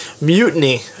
Mutiny